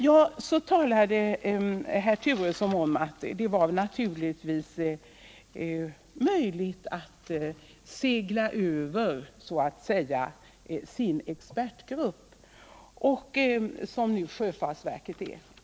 Herr Turesson talade om att det naturligtvis var möjligt att så att säga segla över sin expertgrupp, som sjöfartsverket är.